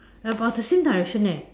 about the same direction eh